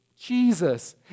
Jesus